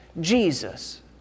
Jesus